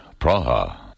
Praha